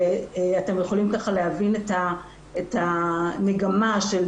ואתם יכולים ככה להבין את המגמה של